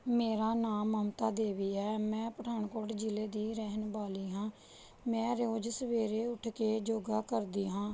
ਮੇਰਾ ਨਾਮ ਮਮਤਾ ਦੇਵੀ ਹੈ ਮੈਂ ਪਠਾਨਕੋਟ ਜ਼ਿਲ੍ਹੇ ਦੀ ਰਹਿਣ ਵਾਲੀ ਹਾਂ ਮੈਂ ਰੋਜ਼ ਸਵੇਰੇ ਉੱਠ ਕੇ ਯੋਗਾ ਕਰਦੀ ਹਾਂ